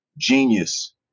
genius